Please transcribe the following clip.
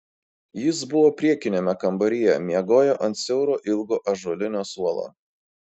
jis buvo priekiniame kambaryje miegojo ant siauro ilgo ąžuolinio suolo